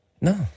no